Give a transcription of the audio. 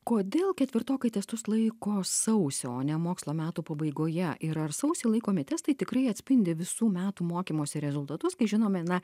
kodėl ketvirtokai testus laiko sausio o ne mokslo metų pabaigoje ir ar sausį laikomi testai tikrai atspindi visų metų mokymosi rezultatus kai žinome na